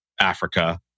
Africa